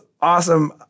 awesome